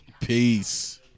Peace